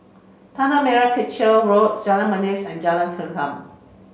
Tanah Merah Kechil Road Jalan Manis and Jalan Segam